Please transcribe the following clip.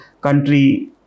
country